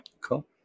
Cool